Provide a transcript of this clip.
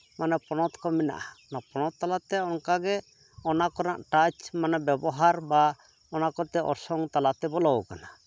ᱢᱟᱱᱮ ᱯᱚᱱᱚᱛ ᱠᱚ ᱢᱮᱱᱟᱜᱼᱟ ᱚᱱᱟ ᱯᱚᱱᱚᱛ ᱛᱟᱞᱟᱛᱮ ᱚᱱᱠᱟ ᱜᱮ ᱚᱱᱟ ᱠᱚᱨᱮᱱᱟᱜ ᱴᱟᱪ ᱢᱟᱱᱮ ᱵᱮᱵᱚᱦᱟᱨ ᱵᱟ ᱚᱱᱟ ᱠᱚᱛᱮ ᱚᱲᱥᱚᱝ ᱛᱟᱞᱟᱛᱮ ᱵᱚᱞᱚᱣᱟᱠᱟᱱᱟ